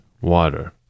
water